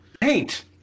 Paint